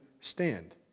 stand